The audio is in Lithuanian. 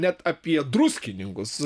net apie druskininkus